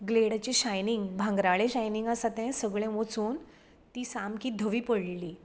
ग्लेडाची shining भांगराळ shining आसा तें सगळें वचून ती सामकी धवी पडलेली